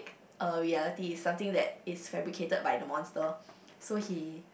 a reality is something that is fabricated by the monster so he